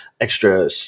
extra